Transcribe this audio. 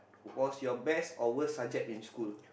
was your best or worst subject in school